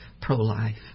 pro-life